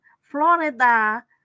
Florida